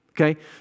okay